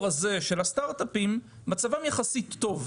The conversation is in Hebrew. הזה של הסטארטאפים - מצבם יחסית טוב.